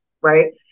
right